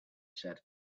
said